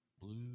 blue